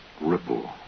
ripple